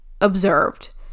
observed